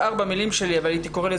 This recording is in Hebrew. מה היא קיבלה,